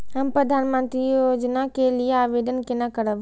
हम प्रधानमंत्री योजना के लिये आवेदन केना करब?